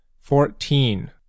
Fourteen